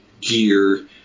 gear